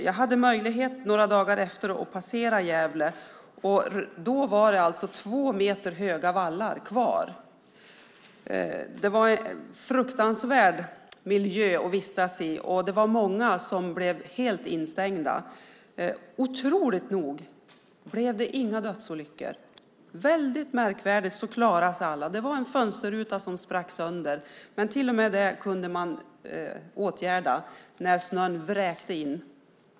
Jag hade möjlighet att passera Gävle några dagar efteråt, och då var det två meter höga vallar kvar. Det var en fruktansvärd miljö att vistas i, och många blev helt instängda. Otroligt nog blev det inga dödsolyckor. Alla klarade sig. Det var en fönsterruta som sprack sönder, men till och med detta kunde man åtgärda när snön vräkte in.